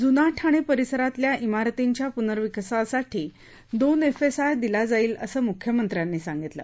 जुना ठाणे परिसरातला इमारतींच्या पुनर्विकासासाठी दोन एफएसआय दिला जाईल असं मुख्यमंत्र्यांनी सांगितलं